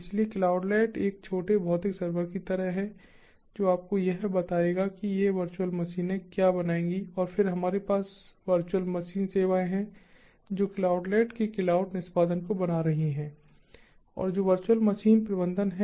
इसलिए क्लाउडलेट एक छोटे भौतिक सर्वर की तरह है जो आपको यह बताएगा कि ये वर्चुअल मशीनें क्या बनाएंगी और फिर हमारे पास वर्चुअल मशीन सेवाएं हैं जो क्लाउडलेट के क्लाउड निष्पादन को बना रही हैं और जो वर्चुअल मशीन प्रबंधन है